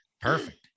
Perfect